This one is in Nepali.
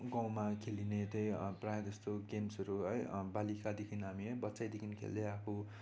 गाउँमा खेलिने त प्रायः जस्तो गेम्सहरू है बालिकादेखि हामी है बच्चादेखि खेल्दै आएको हो